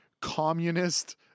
communist